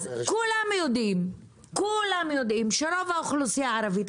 כולם יודעים שרוב האוכלוסייה הערבית,